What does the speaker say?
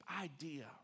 idea